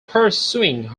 pursuing